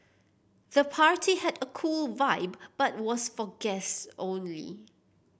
the party had a cool vibe but was for guests only